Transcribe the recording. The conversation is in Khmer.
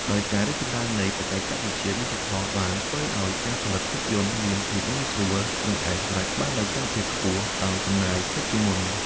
ដោយការរីកចម្រើននៃបច្ចេកវិទ្យាឌីជីថលបានធ្វើឲ្យការផលិតភាពយន្តមានភាពងាយស្រួល និងអាចសម្រេចបាននូវគុណភាពខ្ពស់ដោយចំណាយតិចជាងមុន។